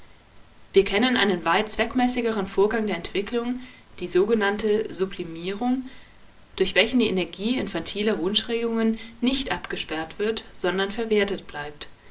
wir kennen einen weit zweckmäßigeren vorgang der entwicklung die sogenannte sublimierung durch welchen die energie infantiler wunschregungen nicht abgesperrt wird sondern verwertet bleibt